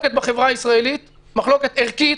במחלוקת בחברה הישראלית מחלוקת ערכית,